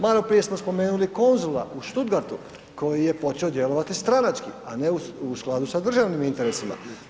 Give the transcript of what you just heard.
Maloprije smo spomenuli konzula u Stuttgartu koji je počeo djelovati stranački, a ne u skladu sa državnim interesima.